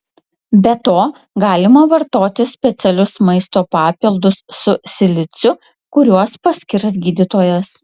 be to galima vartoti specialius maisto papildus su siliciu kuriuos paskirs gydytojas